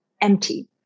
empty